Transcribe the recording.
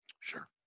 Sure